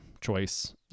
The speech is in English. choice